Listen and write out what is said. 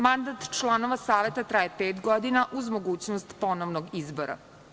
Mandat članova Saveta traje pet godina, uz mogućnost ponovnog izbora.